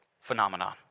phenomenon